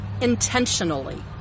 intentionally